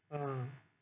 ah